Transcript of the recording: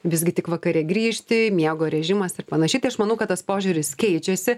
visgi tik vakare grįžti miego režimas ir panašiai tai aš manau kad tas požiūris keičiasi